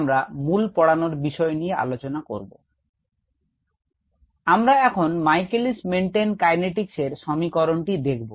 আমরা এখন Michaelis Menten kinetics এর সমীকরণটি দেখব